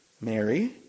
Mary